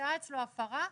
ונמצאה אצלו הפרה,